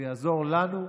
ויעזור לנו,